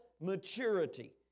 maturity